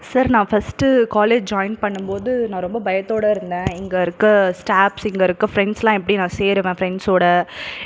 sir நான் first college join பண்ணும் போது நான் ரொம்ப பயத்தோடு இருந்தேன் இங்கே இருக்கற ஸ்டாப்ஸ் இங்கே இருக்கற ஃப்ரெண்ட்ஸ்லாம் எப்படி நான் சேருவேன் ஃப்ரெண்ட்ஸோடு